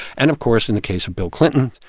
and, of course, in the case of bill clinton,